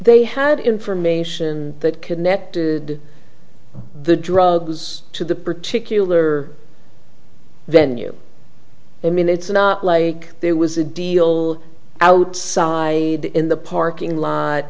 they had information that connected the drugs to the particular then you i mean it's not like there was a deal out in the parking lot